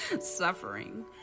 suffering